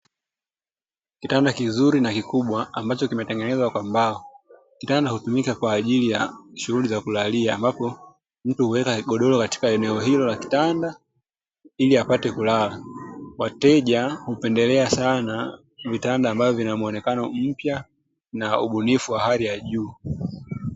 Kitanda kizuri na kikubwa ambacho kimetengenezwa kwa mbao kitanda hutumia kwajili ya shughuli za kulalia ambapo mtu huweka godoro katika eneo hilo la kitanda ili apate kulala, wateja hupendelea sana vitanda ambavyo vinamuonekano mpya na ubunifu wa hali ya juu.